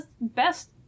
best